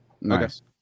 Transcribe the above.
nice